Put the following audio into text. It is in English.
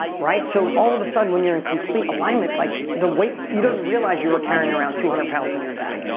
right? so all of a sudden when you're in complete alignment, like, the weight, you didn't realize you were carrying around two hundred pounds on your back,